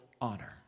honor